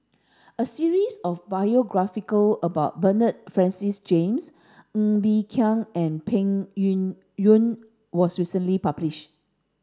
a series of biographical about Bernard Francis James Ng Bee Kia and Peng Yuyun was recently publish